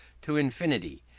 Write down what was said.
to infinity,